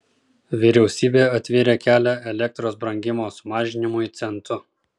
vyriausybė atvėrė kelią elektros brangimo sumažinimui centu